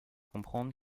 comprendre